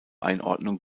einordnung